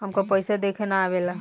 हमका पइसा देखे ना आवेला?